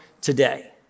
today